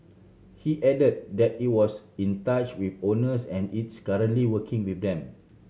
he added that it was in touch with owners and is currently working with them